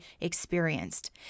experienced